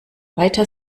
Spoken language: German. weiter